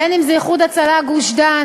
אם זה "איחוד הצלה גוש-דן"